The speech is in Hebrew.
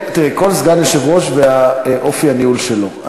תראי, כל סגן יושב-ראש ואופי הניהול שלו.